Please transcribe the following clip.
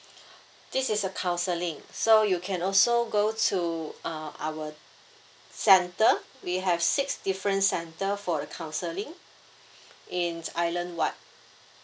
this is a counselling so you can also go to uh our center we have six different centre for counselling in island wide